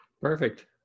Perfect